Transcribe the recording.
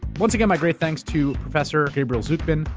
once again, my great thanks to professor gabriel zucman.